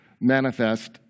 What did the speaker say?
manifest